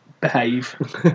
behave